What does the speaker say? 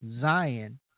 Zion